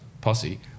posse